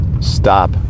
stop